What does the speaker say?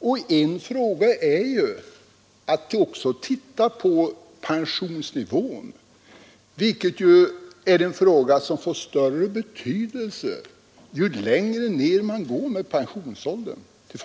Och en fråga som utredningen skall titta på är pensionsnivån, som får större betydelse ju lägre pensionsåldern sätts.